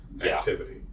activity